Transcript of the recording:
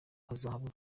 bazahabwa